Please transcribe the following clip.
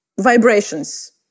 vibrations